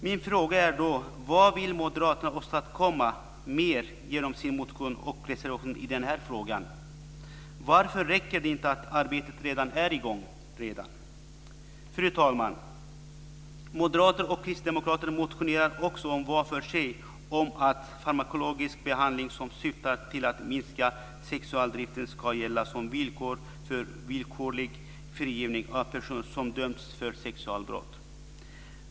Min fråga är då: Vad vill Moderaterna åstadkomma mer genom sin motion och reservation i den här frågan? Varför räcker det inte att arbetet redan är i gång? Fru talman! Moderater och Kristdemokrater motionerar också var för sig om att farmakologisk behandling som syftar till att minska sexualdriften ska gälla som villkor för villkorlig frigivning av personer som dömts för sexualbrott.